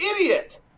idiot